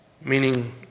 Meaning